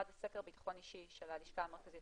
אחד סקר ביטחון אישי של הלשכה המרכזית